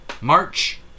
March